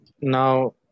Now